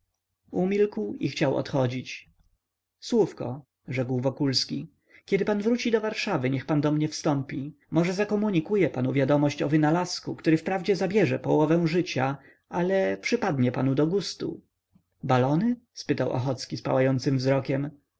umilkł i chciał odchodzić słówko rzekł wokulski kiedy pan wróci do warszawy niech pan do mnie wstąpi może zakomunikuję panu wiadomość o wynalazku który wprawdzie zabierze połowę życia ale przypadnie panu do gustu balony spytał ochocki z pałającym wzrokiem